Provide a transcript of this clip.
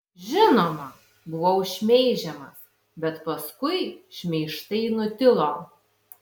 žinoma buvau šmeižiamas bet paskui šmeižtai nutilo